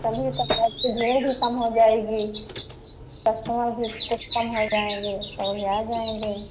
तभी तक या इतनी भीड़ भी कम हो जाएगी कस्टमर भी कुछ कम हो जाएँगे तो अभी आ जाएँगे